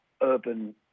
urban